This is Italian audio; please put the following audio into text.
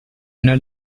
una